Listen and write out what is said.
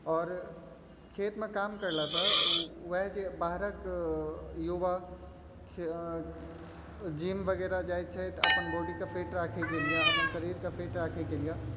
आओर खेतमे काम करलासँ ओएह जे भारत युवा खेल जिम वगैरह जाइत छथि तऽ अपन बोडीकऽ फिट राखै लेल अपन शरीरके फिट राखिके लिए